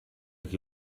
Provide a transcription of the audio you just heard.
qui